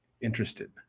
interested